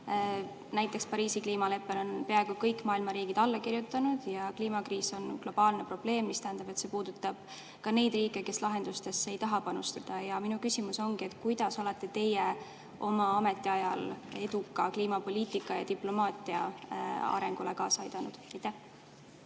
Näiteks Pariisi kliimaleppele on peaaegu kõik maailma riigid alla kirjutanud. Ja kliimakriis on globaalne probleem, mis tähendab, et see puudutab ka neid riike, kes lahendustesse ei taha panustada. Minu küsimus ongi: kuidas olete teie oma ametiajal eduka kliimapoliitikaga [seotud] ja diplomaatia arengule kaasa aidanud?